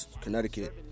Connecticut